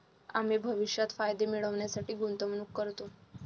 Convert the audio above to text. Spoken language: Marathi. आम्ही भविष्यात फायदे मिळविण्यासाठी गुंतवणूक करतो